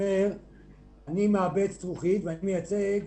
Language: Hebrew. לא מייצג